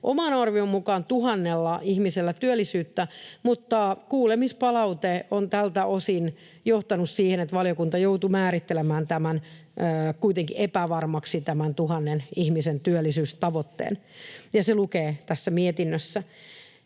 oman arvion mukaan tuhannella ihmisellä työllisyyttä, mutta kuulemispalaute johti tältä osin siihen, että valiokunta joutui määrittelemään tämän tuhannen ihmisen työllisyystavoitteen kuitenkin